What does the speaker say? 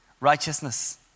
Righteousness